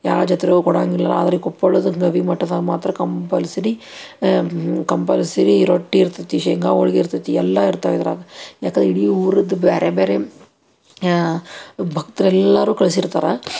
ಯಾವ ಜಾತ್ರೆಗೂ ಕೊಡಂಗಿಲ್ಲ ಆದ್ರೆ ಈ ಕೊಪ್ಪಳದ ಗವಿ ಮಠದಾಗ ಮಾತ್ರ ಕಂಪಲ್ಸರಿ ಕಂಪಲ್ಸರಿ ರೊಟ್ಟಿ ಇರ್ತೈತಿ ಶೇಂಗಾ ಹೋಳ್ಗೆ ಇರ್ತೈತಿ ಎಲ್ಲ ಇರ್ತಾವೆ ಇದ್ರಾಗ ಯಾಕೆ ಇಡೀ ಊರದು ಬೇರೆ ಬೇರೆ ಭಕ್ತರೆಲ್ಲರೂ ಕಳ್ಸಿರ್ತಾರೆ